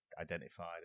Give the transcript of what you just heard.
identified